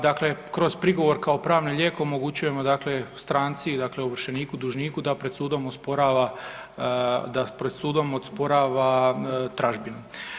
Dakle, kroz prigovor kao pravni lijek omogućujemo dakle stranci dakle ovršeniku, dužniku da pred sudom osporava, da pred sudom osporava tražbinu.